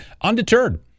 undeterred